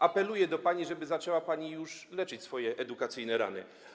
Apeluję do pani, żeby zaczęła pani już leczyć swoje edukacyjne rany.